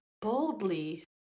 boldly